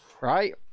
right